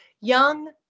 Young